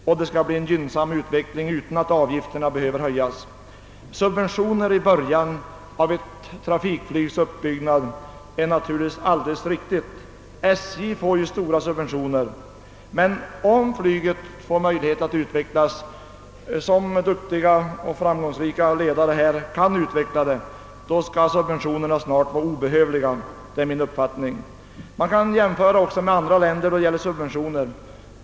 Då får vi en gynnsam ut veckling för flyget utan att behöva höja avgifterna. Att ge subventioner i början av ett trafikflygs uppbyggnad är naturligtvis alldeles riktigt. SJ får ju stora subventioner. Men om flyget får möjlighet att utvecklas med duktiga och framgångsrika ledare, skall subventionerna snart vara obehövliga — det är min uppfattning. Man kan också jämföra med andra länder i fråga om subventioner.